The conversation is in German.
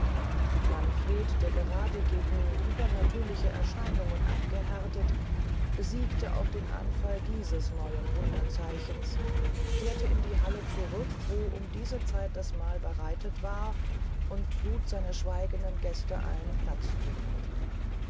manfred nach gerade gegen übernatürliche erscheinungen abgehärtet besiegte auch den anfall dieses neuen wunderzeichens kehrte in die halle zurück wo um diese zeit das mahl bereit war und lud seine schweigenden gäste ein platz zu nehmen